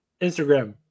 Instagram